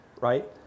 right